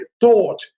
thought